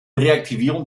reaktivierung